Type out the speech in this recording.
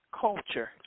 culture